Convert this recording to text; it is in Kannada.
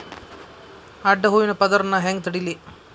ಅಡ್ಡ ಹೂವಿನ ಪದರ್ ನಾ ಹೆಂಗ್ ತಡಿಲಿ?